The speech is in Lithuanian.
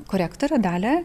korektorę dalią